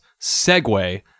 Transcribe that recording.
segue